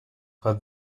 hat